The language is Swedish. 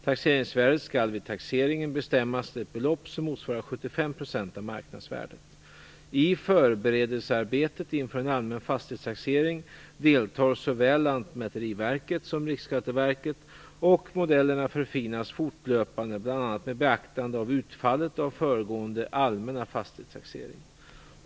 Taxeringsvärdet skall vid taxeringen bestämmas till ett belopp som motsvarar 75 % av marknadsvärdet. I förberedelsearbetet inför en allmän fastighetstaxering deltar såväl Lantmäteriverket som Riksskatteverket, och modellerna förfinas fortlöpande bl.a. med beaktande av utfallet av föregående allmänna fastighetstaxering.